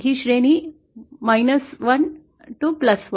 ही श्रेणी वजा एक प्लस एक